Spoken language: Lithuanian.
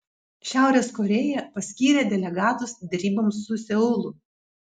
šiaurės korėja paskyrė delegatus deryboms su seulu